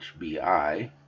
HBI